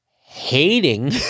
hating